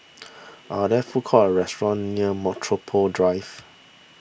are there food courts or restaurants near Metropole Drive